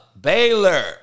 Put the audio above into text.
Baylor